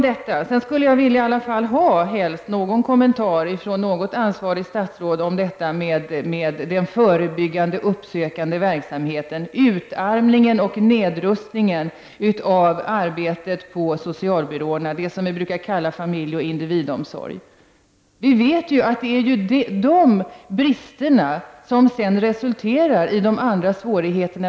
Jag skulle sedan vilja få en kommentar från något ansvarigt statsråd om den förebyggande, uppsökande verksamheten, utarmningen och nedrustningen av arbetet på socialbyråerna, det som vi brukar kalla familje och individomsorgen. Vi vet att dessa brister sedan resulterar i andra svårigheter.